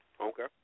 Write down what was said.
Okay